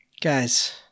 guys